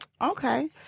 Okay